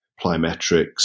plyometrics